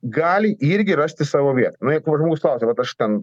gali irgi rasti savo vietą na jeigu žmogus klausia vat aš ten